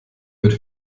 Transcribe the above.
wird